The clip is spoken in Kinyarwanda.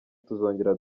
tuzongera